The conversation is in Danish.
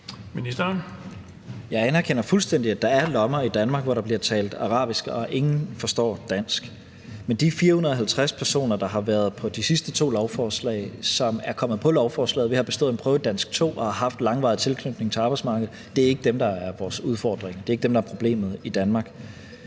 Jeg anerkender fuldstændig, at der er lommer i Danmark, hvor der bliver talt arabisk og ingen forstår dansk. Men de 450 personer, der har været på de sidste to lovforslag, som er kommet på lovforslaget ved at have bestået danskprøve 2 og haft en langvarig tilknytning til arbejdsmarkedet, er ikke dem, der er vores udfordring, det er ikke dem, der er problemet i Danmark.